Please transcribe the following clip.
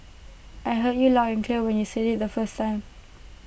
I heard you loud and clear when you said IT the first time